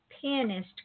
Pianist